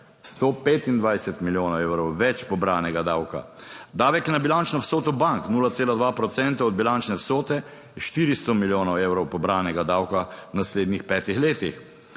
25 milijonov evrov več pobranega davka. Davek na bilančno vsoto bank, 0,2 procenta od bilančne vsote 400 milijonov evrov pobranega davka v naslednjih petih letih.